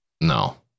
no